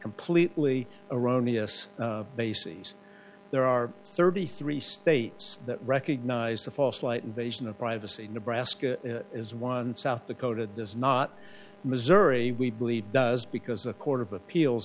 completely erroneous bases there are thirty three states that recognize the false light invasion of privacy in nebraska as one south dakota does not missouri we believe does because a court of appeals